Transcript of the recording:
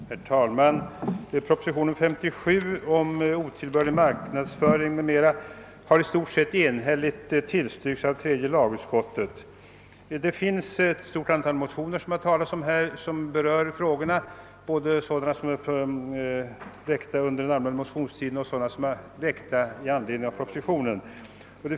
Herr talman! Propositionen 57 om otillbörlig marknadsföring m.m. har i stort sett enhälligt tillstyrkts av tredje lagutskottet. Det har här talats om ett stort antal motioner som berör frågan. Det gäller sådana motioner som är väckta under den allmänna motionstiden och sådana som väckts i anledning av propositionen.